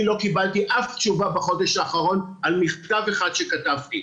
אני לא קיבלתי אף תשובה בחודש האחרון על מכתב אחד שכתבתי.